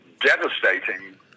devastating